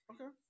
Okay